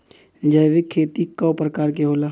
जैविक खेती कव प्रकार के होला?